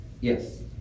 yes